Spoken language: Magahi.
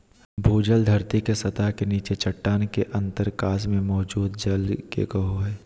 भूजल धरती के सतह के नीचे चट्टान के अंतरकाश में मौजूद जल के कहो हइ